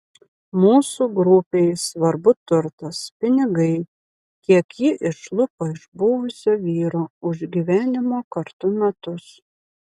mūsų grupei svarbu turtas pinigai kiek ji išlupo iš buvusio vyro už gyvenimo kartu metus